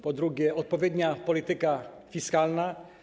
Po drugie, odpowiednia polityka fiskalna.